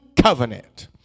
covenant